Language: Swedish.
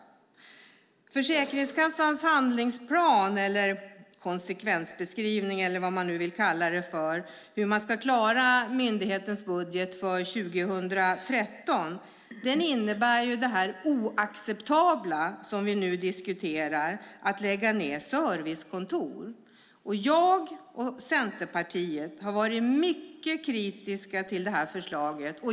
Försäkringskassans handlingsplan, konsekvensbeskrivning eller vad man nu vill kalla det gäller hur man ska klara myndighetens budget för 2013. Den innebär det oacceptabla som vi nu diskuterar, nämligen att lägga ned servicekontor. Jag och Centerpartiet har varit mycket kritiska till förslaget.